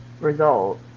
result